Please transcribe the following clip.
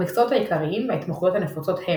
המקצועות העיקריים וההתמחויות הנפוצות הם